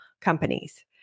companies